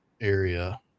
area